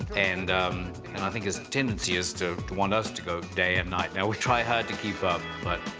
and and i think his tendency is to to want us to go day and night. we try hard to keep up, but,